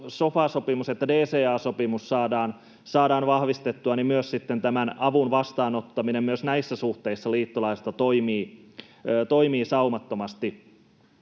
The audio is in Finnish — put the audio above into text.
Nato-sofa-sopimus että DCA-sopimus saadaan vahvistettua, avun vastaanottaminen myös näissä suhteissa liittolaisilta toimii saumattomasti.